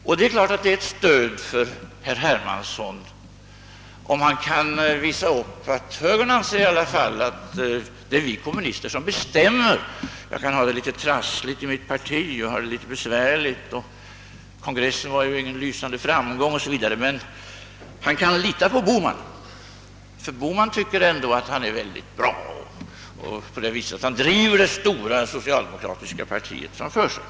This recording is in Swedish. Och det är klart att det är ett stöd för herr Hermansson, om han kan visa upp, att högern anser, att det är kommunisterna som bestämmer. Herr Hermansson har det litet trassligt och besvärligt i sitt parti — kongressen var ju ingen lysande framgång för honom — men han kan lita på herr Bohman. Herr Bohman tycker nämligen att herr Hermansson är mycket bra på det sättet att han driver det stora socialdemokratiska partiet framför sig.